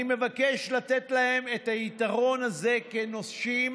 אני מבקש לתת להם את היתרון הזה כנושים: